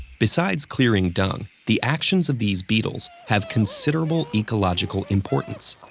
besides clearing dung, the actions of these beetles have considerable ecological importance.